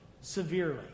severely